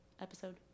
episode